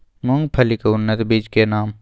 मूंगफली के उन्नत बीज के नाम?